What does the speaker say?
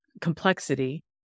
complexity